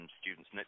students